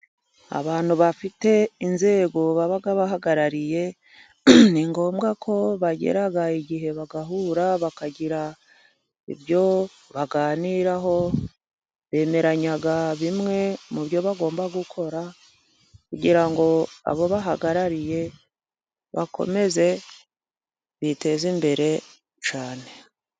Abantu bafite inzego baba bahagarariye, ni ngombwa ko bagira igihe bagahura bakagira ibyo baganiraho, bemeranya bimwe mubyo bagomba gukora, kugira ngo abo bahagarariye bakomeze biteze imbere cyane.